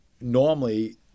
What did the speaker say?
normally